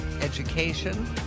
education